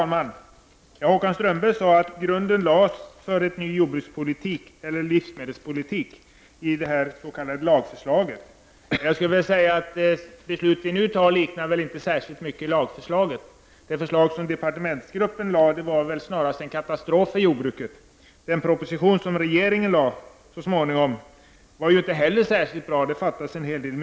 Fru talman! Håkan Strömberg sade att grunden för en ny jordbrukspolitik eller livsmedelspolitik lades i det s.k. LAG-förslaget. Men det beslut vi nu skall fatta liknar inte LAG-förslaget särskilt mycket. Det förslag som departementsgruppen lade fram skulle snarast ha varit en katastrof för jordbruket. Den proposition som regeringen så småningom lade fram var inte heller särskilt bra, utan där fattades en hel del.